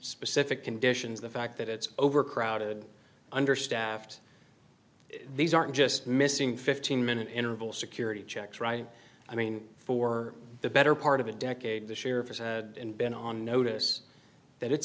specific conditions the fact that it's overcrowded understaffed these aren't just missing fifteen minute interval security checks right i mean for the better part of a decade the sheriff has been on notice that it's